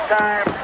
time